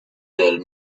del